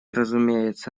разумеется